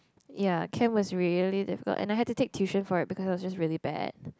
ya chem was really difficult and I had to take tuition for it because I was just really bad